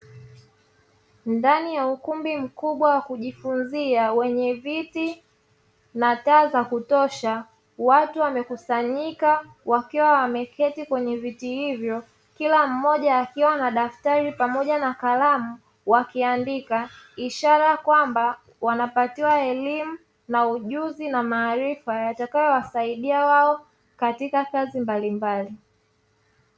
Ndani ya ukumbi mkubwa wa kujifunzia wenye viti na taa za kutosha, watu wamekusanyika wakiwa wameketi kwenye viti hivyo kila mmoja akiwa na daftari pamoja na kalamu wakiandika; ishara ya kwamba wanapatiwa elimu na ujuzi na maarifa yatakayo wasaidia wao katika kazi mbalimbali.